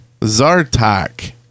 zartak